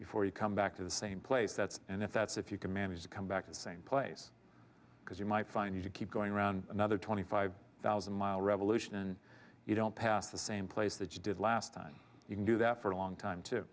before you come back to the same place that's and if that's if you can manage to come back to the same place because you might find you keep going around another twenty five thousand mile revolution and you don't pass the same place that you did last time you can do that for a long time to